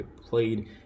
played